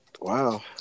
wow